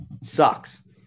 sucks